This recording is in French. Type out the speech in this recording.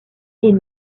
est